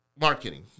marketing